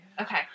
Okay